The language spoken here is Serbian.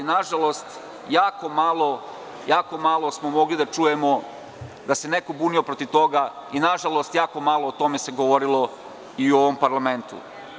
Nažalost, jako malo smo mogli da čujemo da se neko bunio protiv toga i nažalost jako malo se o tome govorilo u ovom parlamentu.